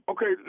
Okay